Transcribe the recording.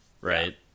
right